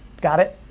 got it?